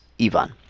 IVAN